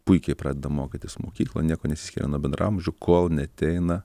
puikiai pradeda mokytis mokykloj niekuo nesiskiria nuo bendraamžių kol neateina